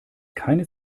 keine